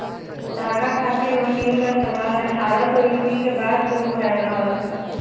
धागा खातिर मशीन क इस्तेमाल अट्ठारह सौ ईस्वी के बाद शुरू भयल रहल